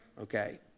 Okay